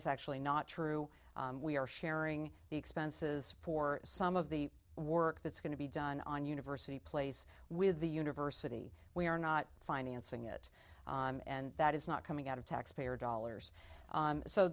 is actually not true we are sharing the expenses for some of the work that's going to be done on university place with the university we are not financing it and that is not coming out of taxpayer dollars